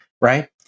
Right